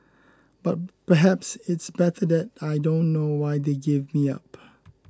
but perhaps it's better that I don't know why they gave me up